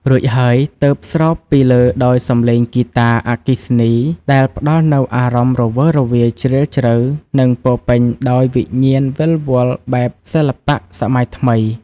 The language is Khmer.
រួចហើយទើបស្រោបពីលើដោយសម្លេងហ្គីតាអគ្គិសនី ដែលផ្តល់នូវអារម្មណ៍រវើរវាយ ជ្រាលជ្រៅ និងពោរពេញដោយវិញ្ញាណវិលវល់បែបសិល្បៈសម័យថ្មី។